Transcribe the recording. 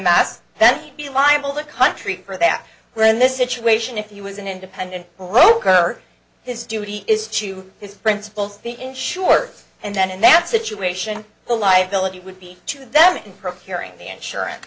mass then he'd be liable the country for that we're in this situation if you was an independent broker his duty is to this principle the insurer and then in that situation the liability would be to them in procuring the insurance